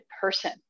person